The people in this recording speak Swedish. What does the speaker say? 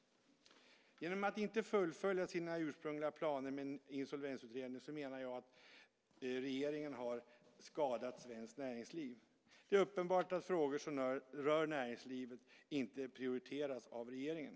Genom att inte fullfölja sina ursprungliga planer med en insolvensutredning menar jag att regeringen har skadat svenskt näringsliv. Det är uppenbart att frågor som rör näringslivet inte prioriteras av regeringen.